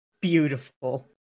Beautiful